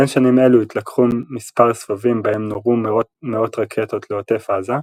בין שנים אלו התלקחו מספר סבבים בהם נורו מאות רקטות לעוטף עזה,